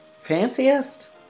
Fanciest